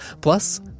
Plus